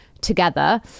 together